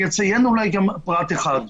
אני אציין אולי גם פרט אחד.